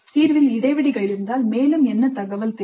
தீர்வில் இடைவெளிகள் இருந்தால் மேலும் என்ன தகவல் தேவை